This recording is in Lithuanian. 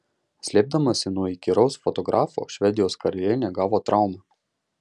slėpdamasi nuo įkyraus fotografo švedijos karalienė gavo traumą